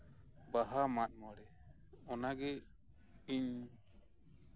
ᱵᱟᱦᱟ ᱢᱟᱜ ᱢᱚᱬᱮ ᱚᱱᱟᱜᱮ ᱤᱧ